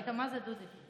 ראית מה זה, דודי?